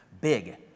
big